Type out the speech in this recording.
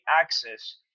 access